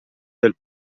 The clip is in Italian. del